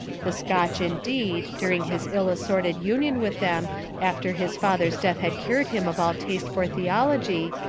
the scotch, indeed, during his ill-assorted union with them after his father's death had cured him of all taste for theology,